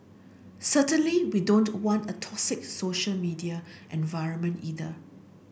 certainly we don't want a toxic social media environment either